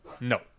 No